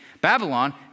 Babylon